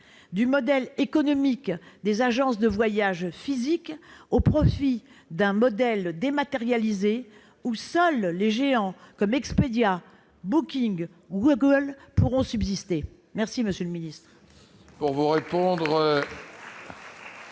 du modèle économique des agences de voyages physiques au profit d'un modèle dématérialisé, où seuls les géants comme Expedia, Booking ou Google pourront subsister ? La parole est